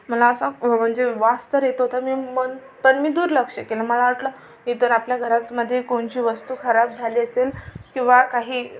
मला असा म्हणजे वास तर येत होता मी मग पण मी दुर्लक्ष केलं मला वाटलं इतर आपल्या घरामध्ये कोणची वस्तू खराब झाली असेल किंवा काही